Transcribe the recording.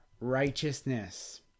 righteousness